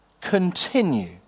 continue